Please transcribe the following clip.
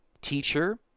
teacher